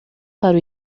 para